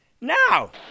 now